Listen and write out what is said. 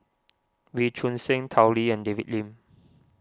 Wee Choon Seng Tao Li and David Lim